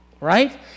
Right